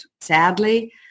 sadly